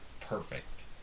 perfect